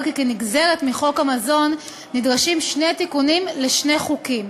כי כנגזרת מחוק המזון נדרשים שני תיקונים לשני חוקים: